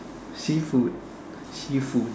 seafood seafood